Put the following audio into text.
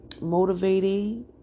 motivating